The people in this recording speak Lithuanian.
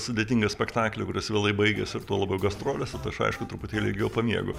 sudėtingą spektaklį kuris vėlai baigiasi ir tuo labiau gastrolėse tai aš aišku truputėlį ilgiau pamiegu